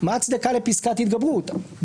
מה ההצדקה לפסקת התגברות?